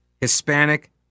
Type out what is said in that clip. Hispanic